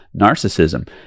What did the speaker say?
narcissism